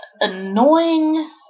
annoying